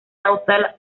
adopta